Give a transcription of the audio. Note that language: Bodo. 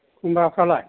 खुमब्राफ्रालाय